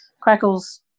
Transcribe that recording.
Crackles